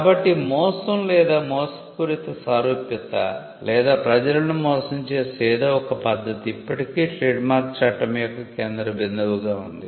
కాబట్టి మోసం లేదా మోసపూరిత సారూప్యత లేదా ప్రజలను మోసం చేసే ఏదో ఒక పద్ధతి ఇప్పటికీ ట్రేడ్మార్క్ చట్టం యొక్క కేంద్ర బిందువుగా ఉంది